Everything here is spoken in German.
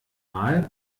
mal